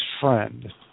friend